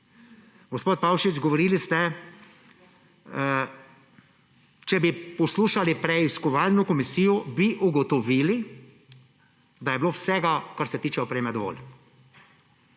Gospod Pavšič, govorili ste, če bi poslušali preiskovalno komisijo, bi ugotovili, da je bilo vsega, kar se tiče opreme, dovolj.